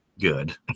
good